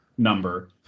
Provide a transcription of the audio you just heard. number